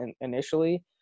initially